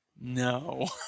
No